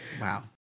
Wow